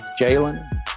Jalen